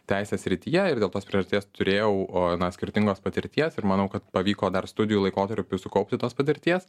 teisės srityje ir dėl tos priartės turėjau skirtingos patirties ir manau kad pavyko dar studijų laikotarpiu sukaupti tos patirties